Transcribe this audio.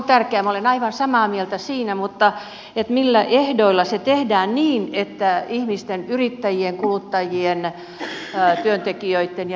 minä olen aivan samaa mieltä siinä mutta millä ehdoilla se tehdään niin että ihmisten yrittäjien kuluttajien työntekijöitten ja niin edelleen